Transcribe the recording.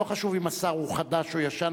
לא חשוב אם השר הוא חדש או ישן.